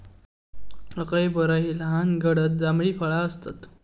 acai बोरा ही लहान गडद जांभळी फळा आसतत